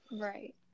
Right